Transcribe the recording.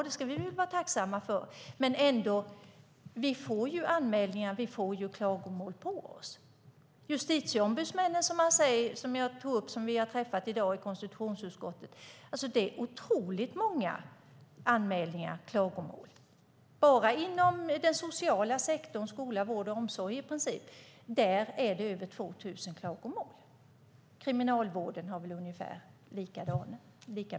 Det ska vi vara tacksamma för, men vi får anmälningar och klagomål på oss. Vi träffade justitieombudsmännen i dag i konstitutionsutskottet. Det är otroligt många anmälningar och klagomål. Bara inom den sociala sektorn - skola, vård och omsorg, i princip - är det över 2 000 klagomål. Kriminalvården har väl ungefär lika många.